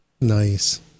Nice